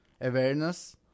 awareness